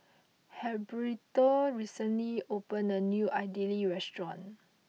Heriberto recently opened a new Idili restaurant